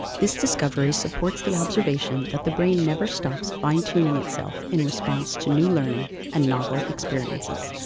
this discovery supports the observation that the brain never stops fine-tuning itself in response to new learning and novel experiences.